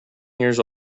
years